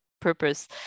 purpose